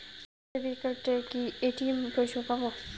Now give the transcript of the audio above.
Savings একাউন্টে কি ATM পরিসেবা পাব?